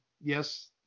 yes